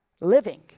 living